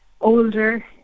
Older